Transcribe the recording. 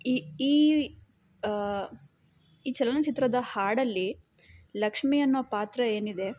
ಈ ಈ ಈ ಚಲನಚಿತ್ರದ ಹಾಡಲ್ಲಿ ಲಕ್ಷ್ಮಿ ಅನ್ನೋ ಪಾತ್ರ ಏನಿದೆ